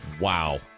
Wow